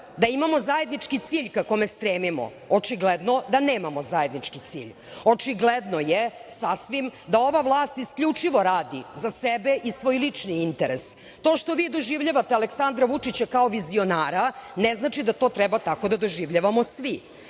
da imamo zajednički cilj ka kome stremimo, a očigledno je da nemamo zajednički cilj. Očigledno je sasvim da ova vlast isključivo radi za sebe i svoj lični interes, a to što vi doživljavate Aleksandra Vučića kao vizionara, ne znači da to tako treba da doživljavamo svi.